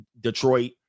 Detroit